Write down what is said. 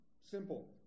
Simple